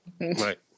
Right